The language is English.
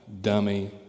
dummy